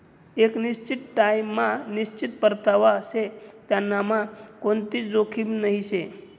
एक निश्चित टाइम मा निश्चित परतावा शे त्यांनामा कोणतीच जोखीम नही शे